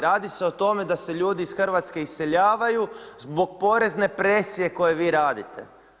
Radi se o tome da se ljudi iz Hrvatske iseljavaju zbog porezne presije koju vi radite.